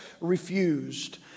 refused